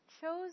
chose